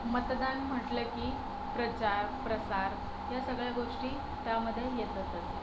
मतदान म्हटलं की प्रचार प्रसार ह्या सगळ्या गोष्टी त्यामध्ये येतातच